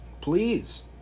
please